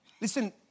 Listen